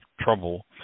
trouble